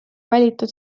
valitud